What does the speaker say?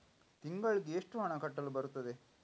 ತಿಂಗಳಿಗೆ ಎಷ್ಟು ಹಣ ಕಟ್ಟಲು ಬರುತ್ತದೆ?